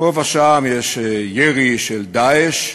שפה ושם יש ירי של "דאעש",